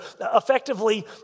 effectively